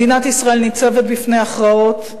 מדינת ישראל ניצבת בפני הכרעות.